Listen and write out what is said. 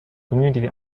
community